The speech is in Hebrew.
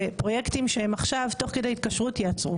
ופרויקטים שהם עכשיו תוך כדי התקשרות ייעצרו.